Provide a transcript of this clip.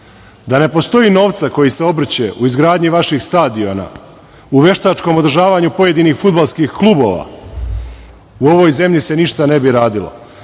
Da ne postoji novca koji se obrće u izgradnji vaših stadiona, u veštačkom održavanju pojedinih fudbalskih klubova, u ovoj zemlji se ništa ne bi radilo. Dakle,